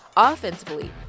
Offensively